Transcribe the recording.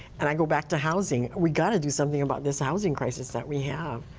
and i go back to housing. we got to do something about this housing crisis that we have.